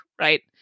right